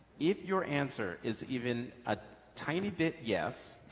if your answer is even a tiny bit yes.